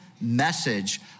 message